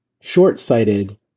short-sighted